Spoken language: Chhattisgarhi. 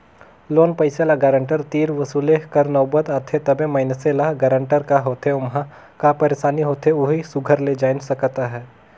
लोन पइसा ल गारंटर तीर वसूले कर नउबत आथे तबे मइनसे ल गारंटर का होथे ओम्हां का पइरसानी होथे ओही सुग्घर ले जाएन सकत अहे